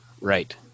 right